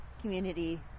community